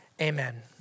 Amen